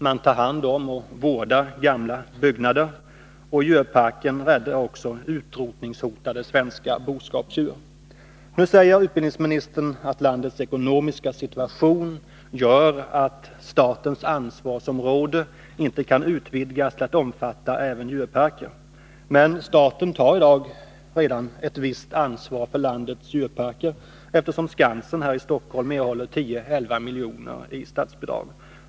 Man tar hand om och vårdar gamla byggnader, och djurparken räddar dessutom utrotningshotade svenska boskapsdjur. Nu säger utbildningsminstern att landets ekonomiska situation gör att statens ansvarsområde inte kan utvidgas till att omfatta även djurparker. Men staten tar i dag redan ett visst ansvar för landets djurparker, eftersom Skansen här i Stockholm erhåller 10-11 milj.kr. i statsbidrag.